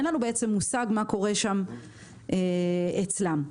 אין לנו מושג מה קורה אצלם בעצם.